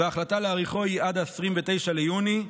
וההחלטה היא להאריכו עד ל-29 ביוני,